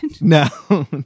No